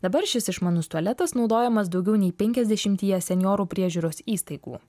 dabar šis išmanus tualetas naudojamas daugiau nei penkiasdešimtyje senjorų priežiūros įstaigų